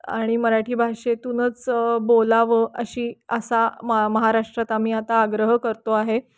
आणि मराठी भाषेतूनच बोलावं अशी असा म महाराष्ट्रात आम्ही आता आग्रह करतो आहे